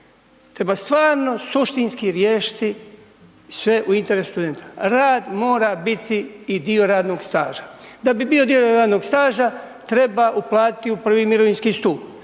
Treba stvarno suštinski riješiti sve u interesu studenta. Rad mora biti i dio radnog staža, da bi bio radnog staža treba uplatiti u prvi mirovinski stup